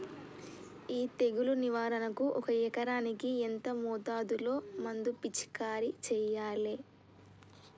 ఈ తెగులు నివారణకు ఒక ఎకరానికి ఎంత మోతాదులో మందు పిచికారీ చెయ్యాలే?